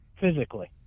physically